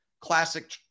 Classic